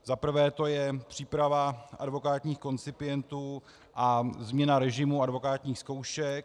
Za prvé to je příprava advokátních koncipientů a změna režimu advokátních zkoušek.